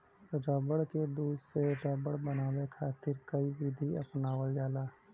रबड़ के दूध से रबड़ बनावे खातिर कई विधि अपनावल जाला